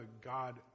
God